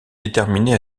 déterminé